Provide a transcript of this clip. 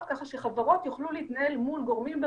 הישראלית את הקצבאות מבלי שהם יטריחו את עצמם,